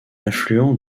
affluent